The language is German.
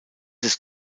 ist